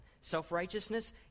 Self-righteousness